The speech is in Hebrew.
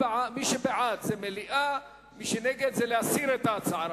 מי שבעד זה מליאה, מי שנגד, זה להסיר את ההצעה.